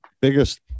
biggest